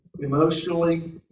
emotionally